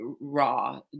raw